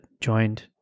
joined